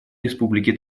республики